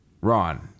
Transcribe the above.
Ron